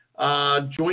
Joint